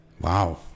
Wow